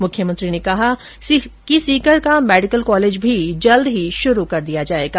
मुख्यमंत्री ने कहा कि सीकर का मेडिकल कॉलेज भी जल्दी शुरू कर दिया जाएगा